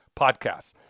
podcasts